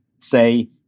say